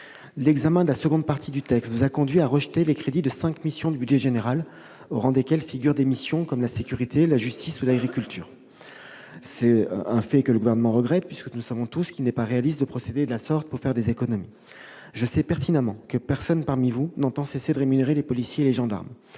L'examen de la seconde partie du texte vous a conduits à rejeter les crédits de cinq missions du budget général, au rang desquelles figurent la sécurité, la justice ou l'agriculture, ce que je regrette. En effet, nous savons tous qu'il n'est pas réaliste de procéder de la sorte pour faire des économies. Je sais pertinemment que personne parmi vous n'entend cesser de rémunérer les policiers et les gendarmes.